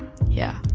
yeah.